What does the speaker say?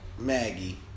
Maggie